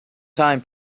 time